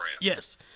yes